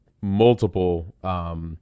multiple